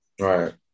Right